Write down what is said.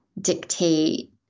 dictate